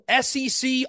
SEC